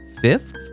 fifth